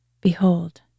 Behold